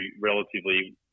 relatively